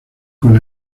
con